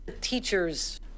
Teachers